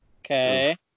okay